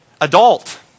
adult